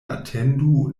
atendu